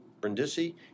Brindisi